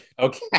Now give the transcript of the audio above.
Okay